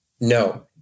No